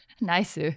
Nice